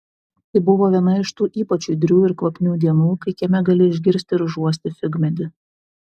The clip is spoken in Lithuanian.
tai buvo viena iš tų ypač judrių ir kvapnių dienų kai kieme gali išgirsti ir užuosti figmedį